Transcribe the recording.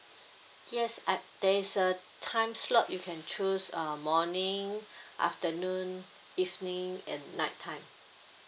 yes I there is a time slot you can choose um morning afternoon evening and night time